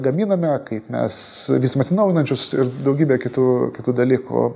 gaminame kaip mes vystom atsinaujinančius ir daugybė kitų kitų dalykų